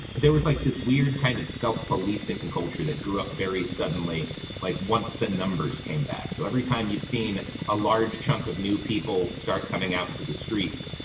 there was like this weird kind of self-policing culture that grew up very suddenly like once the numbers came back so every time you've seen a large chunk of new people start coming out into the streets.